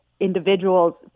individuals